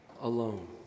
alone